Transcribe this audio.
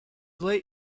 late